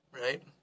right